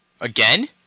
Again